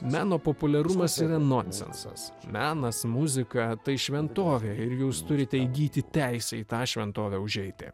meno populiarumas yra nonsensas menas muzika tai šventovė ir jūs turite įgyti teisę į tą šventovę užeiti